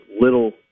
little